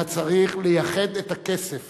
היה צריך לייחד את הכסף